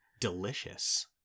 delicious